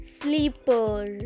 sleeper